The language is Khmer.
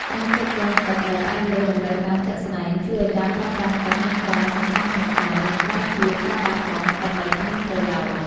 ការគ្រប់គ្រងទឹកដោយផ្អែកលើតម្រូវការជាក់ស្តែងជួយឱ្យការប្រើប្រាស់ទឹកមានការសន្សំសំចៃ និងការពារការបាត់បង់ទឹកដោយគ្មានប្រយោជន៍។